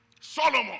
Solomon